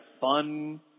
fun